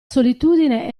solitudine